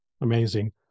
Amazing